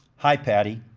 hi, patty,